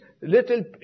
little